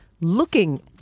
looking